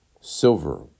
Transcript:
silver